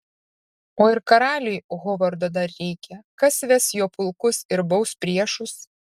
o ir karaliui hovardo dar reikia kas ves jo pulkus ir baus priešus